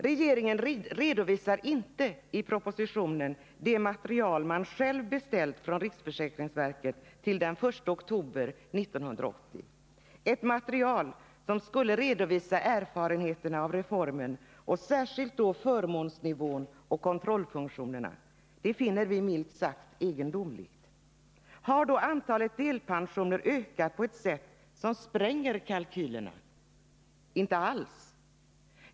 Regeringen redovisar inte i propositionen det material man själv beställt från riksförsäkringsverket till den 1 oktober 1980, ett material som skulle redovisa erfarenheterna av reformen, och särskilt då förmånsnivån och kontrollfunktionerna. Det finner vi minst sagt egendomligt. Har då antalet delpensionärer ökat på ett sätt som spränger kalkylerna? Inte alls.